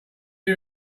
you